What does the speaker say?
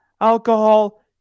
alcohol